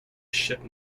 ship